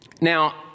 Now